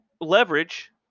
leverage